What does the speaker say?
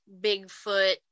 Bigfoot